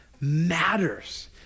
matters